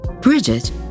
Bridget